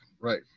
right